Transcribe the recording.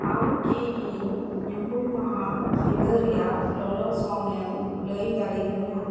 ᱟᱢ ᱠᱤ ᱤᱧ ᱧᱩᱦᱩᱢ ᱢᱟᱦᱟ ᱧᱤᱫᱟᱹ ᱨᱮᱭᱟᱜ ᱞᱚᱞᱚᱥᱚᱝ ᱮᱢ ᱞᱟᱹᱭ ᱫᱟᱲᱮᱭᱟᱹᱧᱟᱹ